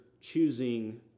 choosing